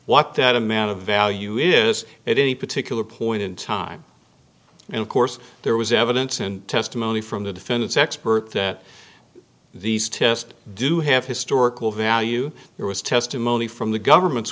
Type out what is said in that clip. what that amount of value is it any particular point in time and of course there was evidence and testimony from the defendant's expert that these tests do have historical value there was testimony from the government's